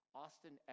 austin